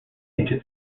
into